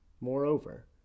Moreover